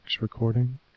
recording